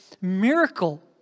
miracle